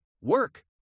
work